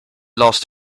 lost